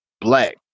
black